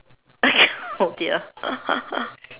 oh dear